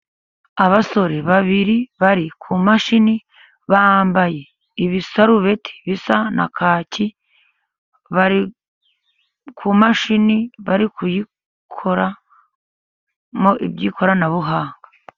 Abasore babiri bari ku mashini bambaye ibisarubeti bisa na kaki, bari ku mashini, bari kuyikoramo iby'ikoranabuhanga.